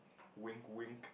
wink wink